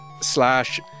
slash